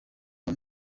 uba